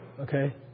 Okay